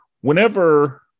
whenever